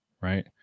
right